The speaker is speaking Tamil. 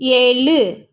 ஏழு